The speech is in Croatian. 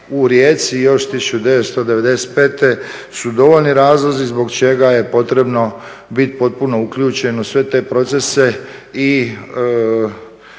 u Rijeci još 1995.su dovoljni razlozi zbog čega je potrebno biti potpuno uključen u sve te procese i